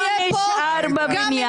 לא נשאר בבניין.